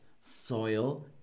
soil